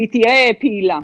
והיא תהיה פעילה.